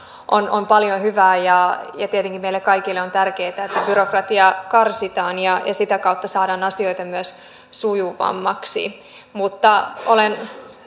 on on paljon hyvää ja ja tietenkin meille kaikille on tärkeää että byrokratiaa karsitaan ja sitä kautta saadaan asioita myös sujuvammaksi mutta olen